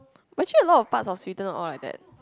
but actually a lot of part of Sweden all like that